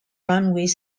runways